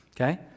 okay